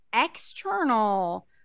external